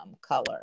color